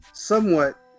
somewhat